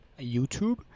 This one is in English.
YouTube